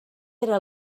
era